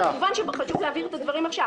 חשוב להבהיר את הדברים עכשיו.